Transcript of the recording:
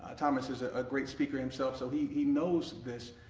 thomas is a ah great speaker himself so he he knows this,